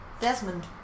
Desmond